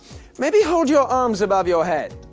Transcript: maybe hold your arms above your head